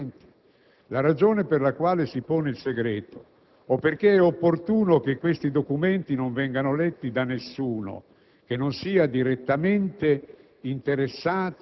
La ragione per cui si appone il segreto non ha nulla a che vedere con la figura del magistrato, in quel momento non interessa minimamente. La ragione per la quale si appone il segreto